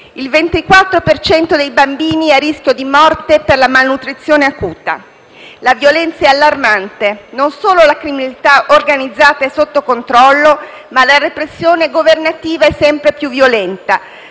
cento dei bambini è a rischio di morte per la malnutrizione acuta. La violenza è allarmante. Non solo la criminalità organizzata è sotto controllo, ma la repressione governativa è sempre più violenta: